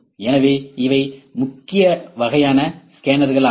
எனவே இவை முக்கிய வகையான ஸ்கேனர்களாகும்